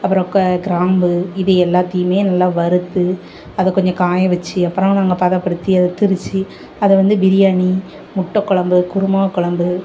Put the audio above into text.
அப்பறம் க கிராம்பு இது எல்லாத்தையுமே நல்லா வறுத்து அதை கொஞ்சம் காய வச்சி அப்புறம் நாங்கள் பதப்படுத்தி அதை திரித்து அதை வந்து பிரியாணி முட்டை கொழம்பு குருமா கொழம்பு